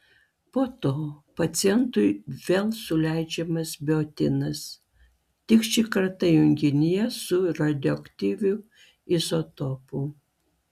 po to pacientui vėl suleidžiamas biotinas tik šį kartą junginyje su radioaktyviu izotopu